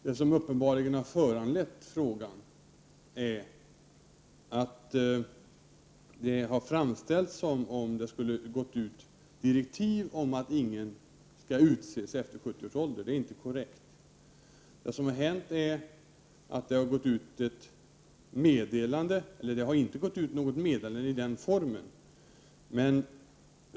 Det som uppenbarligen har föranlett frågan är att det har framställts som om det skulle ha gått ut direktiv om att ingen skall utses efter 70 års ålder. Det är inte korrekt.